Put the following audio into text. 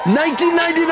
1999